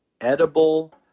edible